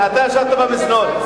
אתה ישבת במזנון.